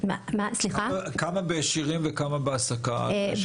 כמה בעקיפין וכמה בהעסקה ישירה?